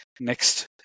Next